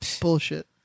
Bullshit